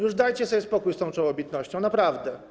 Już dajcie sobie spokój z tą czołobitnością, naprawdę.